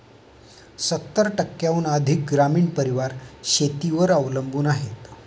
सत्तर टक्क्यांहून अधिक ग्रामीण परिवार शेतीवर अवलंबून आहेत